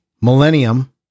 millennium